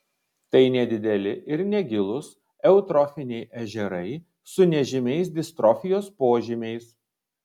tai nedideli ir negilūs eutrofiniai ežerai su nežymiais distrofijos požymiais